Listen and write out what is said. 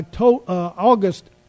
August